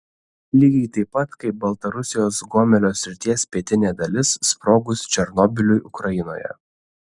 lygiai taip pat kaip baltarusijos gomelio srities pietinė dalis sprogus černobyliui ukrainoje